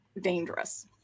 dangerous